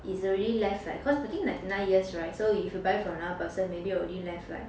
is already left like cause the thing like ninety nine years [right] so if you buy from another person maybe only left like